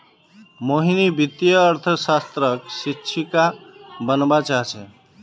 मोहिनी वित्तीय अर्थशास्त्रक शिक्षिका बनव्वा चाह छ